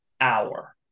hour